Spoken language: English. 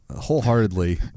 wholeheartedly